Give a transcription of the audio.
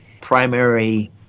primary –